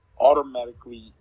automatically